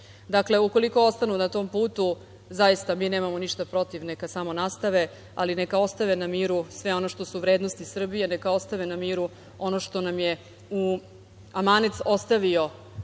u koliko ostanu na tom putu, zaista mi nemamo ništa protiv, neka samo nastave, ali neka ostave na miru sve ono što su vrednosti Srbije, neka ostave na miru ono što nam je u amanet ostavio